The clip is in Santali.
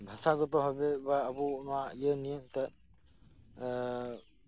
ᱵᱷᱟᱥᱟ ᱜᱚᱛᱚ ᱵᱷᱟᱵᱮ ᱵᱟ ᱟᱵᱚ ᱚᱱᱟ ᱱᱤᱭᱟᱹ ᱮᱛᱮᱜ